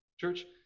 Church